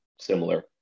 similar